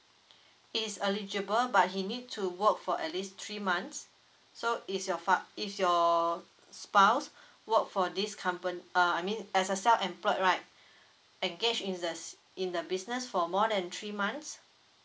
he's eligible but he need to work for at least three months so is your fath~ is your spouse work for this company uh I mean as a self employed right engaged in this in the business for more than three months